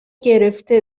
گرفته